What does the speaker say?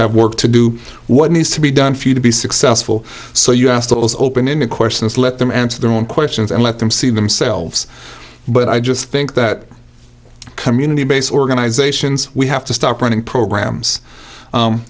have work to do what needs to be done for you to be successful so you asked it was open ended questions let them answer their own questions and let them see themselves but i just think that community based organizations we have to start running programs